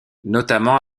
notamment